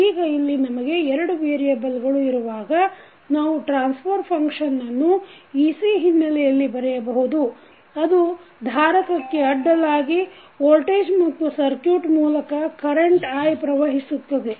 ಈಗ ಇಲ್ಲಿ ನಮಗೆ ಎರಡು ವೇರಿಯೆಬಲ್ಗಳು ಇರುವಾಗ ನಾವು ಟ್ರಾನ್ಸಫರ್ ಫಂಕ್ಷನ್ನನ್ನು ec ಹಿನ್ನೆಲೆಯಲ್ಲಿ ಬರೆಯಬಹುದು ಅದು ಧಾರಕಕ್ಕೆ ಅಡ್ಡಲಾಗಿ ವೋಲ್ಟೇಜ್ ಮತ್ತು ಸರ್ಕುಟ್ ಮೂಲಕ ಕರೆಂಟ್ i ಪ್ರವಹಿಸುತ್ತದೆ